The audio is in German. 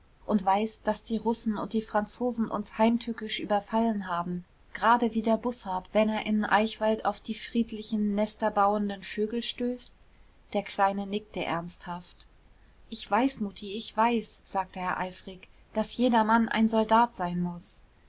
und weißt daß die russen und die franzosen uns heimtückisch überfallen haben gerade wie der bussard wenn er im eichwald auf die friedlichen nesterbauenden vögel stößt der kleine nickte ernsthaft ich weiß mutti ich weiß sagte er eifrig daß jeder mann ein soldat sein muß